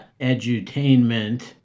edutainment